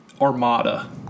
Armada